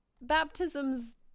baptisms